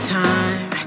time